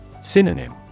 Synonym